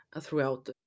throughout